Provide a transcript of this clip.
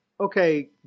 okay